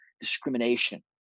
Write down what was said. discrimination